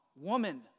woman